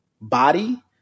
body